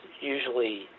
Usually